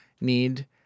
need